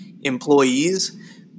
employees